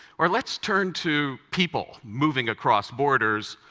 or let's turn to people moving across borders.